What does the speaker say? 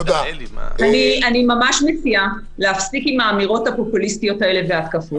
אני ממש מציעה להפסיק עם האמירות הפופוליסטיות האלה וההתקפות.